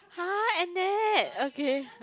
!huh! and that okay